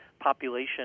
population